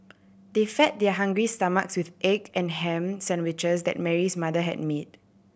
they fed their hungry stomachs with egg and ham sandwiches that Mary's mother had made